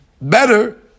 better